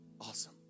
Awesome